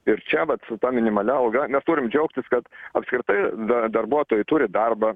ir čia vat su ta minimalia alga mes turim džiaugtis kad apskritai dar darbuotojai turi darbą